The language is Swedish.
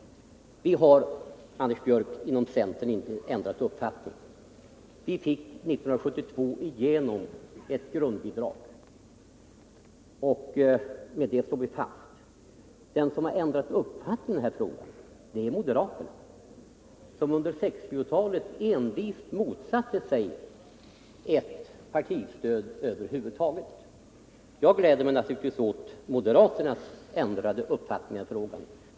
Vi har, Anders Björck, inom centern inte ändrat uppfattning. Vi fick 1972 igenom ett grundbidrag, och vid det står vi fast. De som ändrat uppfattning i den här frågan är moderaterna, som under 1960-talet envist motsatte sig ett partistöd över huvud taget. Jag gläder mig naturligtvis åt moderaternas ändrade uppfattning i frågan.